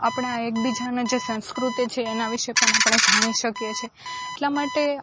આપણા એકબીજાના જે સંસ્કૃતિ છે તેના વિષે પણ આપણે જાણી શકીએ છે એટલા માટે